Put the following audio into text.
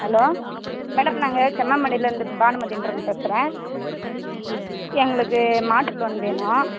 hello madam நாங்கள் சென்னாமடையிலேருந்து பானுமதிகிறவுங்க பேசுகிறேன் எ எங்களுக்கு மாட்டு லோன் வேணும்